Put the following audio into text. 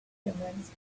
documents